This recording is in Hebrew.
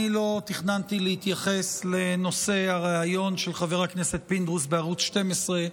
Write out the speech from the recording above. אני לא תכננתי להתייחס לנושא הריאיון של חבר הכנסת פינדרוס בערוץ 12,